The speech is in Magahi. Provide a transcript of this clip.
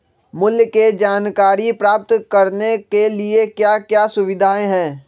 मूल्य के जानकारी प्राप्त करने के लिए क्या क्या सुविधाएं है?